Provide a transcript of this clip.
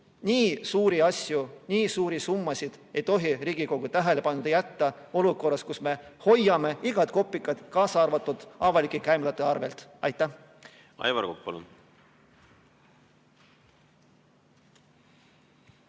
nii suuri asju, nii suuri summasid ei tohi Riigikogu tähelepanuta jätta olukorras, kus me hoiame igat kopikat, kaasa arvatud avalike käimlate arvelt. Aitäh!